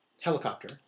helicopter